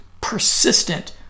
persistent